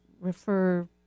refer